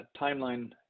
timeline